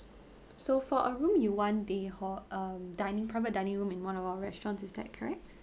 so for a room you want the hall um dining private dining room in one of our restaurants is that correct